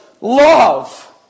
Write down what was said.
love